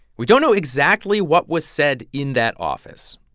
we don't know exactly what was said in that office,